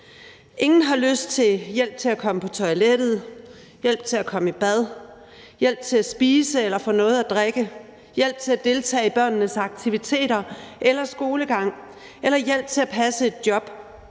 Ingen har lyst til hjælp til at komme på toilettet, hjælp til at komme i bad, hjælp til at spise eller at få noget at drikke, hjælp til at deltage i børnenes aktiviteter eller skolegang eller hjælp til at passe et job.